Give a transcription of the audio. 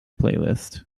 playlist